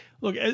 Look